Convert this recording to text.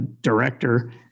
director